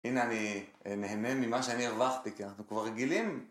הנה אני נהנה ממה שאני הרווחתי, כי אנחנו כבר רגילים.